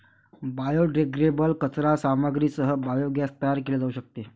biodegradable कचरा सामग्रीसह biogas तयार केले जाऊ शकते